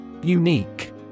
unique